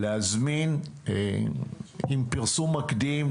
תוך פרסום מקדים,